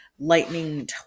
lightning